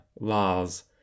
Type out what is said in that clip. laws